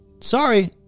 sorry